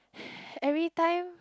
every time